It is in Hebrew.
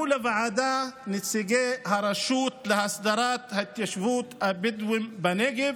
לוועדה נציגי הרשות להסדרת התיישבות הבדואים בנגב